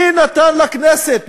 מי נתן לכנסת,